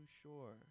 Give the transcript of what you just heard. sure